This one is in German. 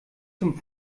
zum